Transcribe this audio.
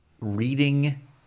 reading